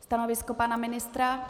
Stanovisko pana ministra?